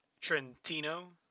Trentino